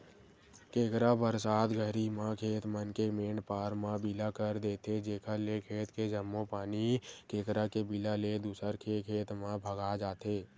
केंकरा बरसात घरी म खेत मन के मेंड पार म बिला कर देथे जेकर ले खेत के जम्मो पानी केंकरा के बिला ले दूसर के खेत म भगा जथे